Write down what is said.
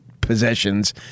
possessions